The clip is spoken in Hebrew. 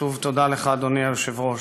שוב, תודה לך, אדוני היושב-ראש.